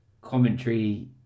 commentary